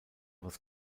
was